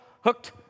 hooked